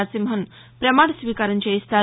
నరసింహన్ ప్రమాణ స్వీకారం చేయిస్తారు